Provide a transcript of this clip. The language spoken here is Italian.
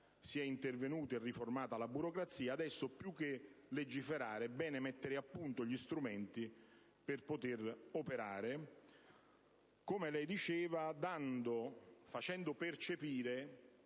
si è intervenuti e si è riformata la burocrazia. Ora, più che legiferare, è bene mettere a punto gli strumenti per poter operare, come lei affermava, facendo percepire